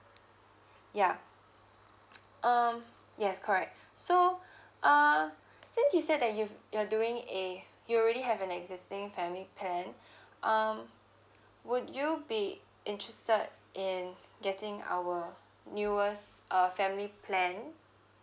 yeah um yes correct so uh since you said that you you are doing a you already have an existing family plan um would you be interested in getting our newest uh family plan